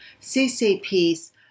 CCP's